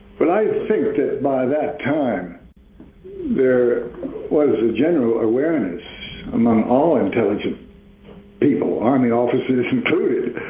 but i think that by that time there was a general awareness among all intelligent people, army offices included,